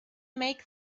make